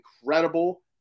incredible